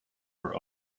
were